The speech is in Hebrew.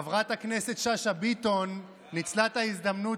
חברת הכנסת שאשא ביטון ניצלה את ההזדמנות